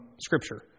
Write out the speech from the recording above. scripture